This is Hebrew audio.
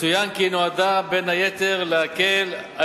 צוין כי היא נועדה בין היתר להקל על